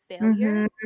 failure